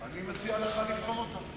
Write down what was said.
אני מציע לך לבחון אותם.